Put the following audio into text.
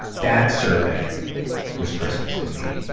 that survey was christmas to me.